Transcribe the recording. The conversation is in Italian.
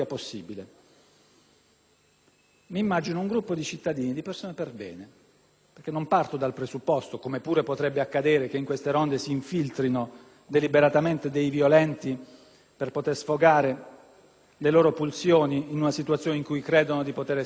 non parto dal presupposto, come pure potrebbe accadere, che in queste ronde si infiltrino deliberatamente dei violenti per poter sfogare le loro pulsioni in situazioni in cui credono di poter essere tutelati. Prescindo da questa ipotesi patologica - che pure potrà verificarsi